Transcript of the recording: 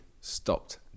stopped